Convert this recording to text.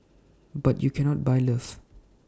but you cannot buy love